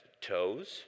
toes